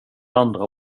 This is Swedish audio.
andra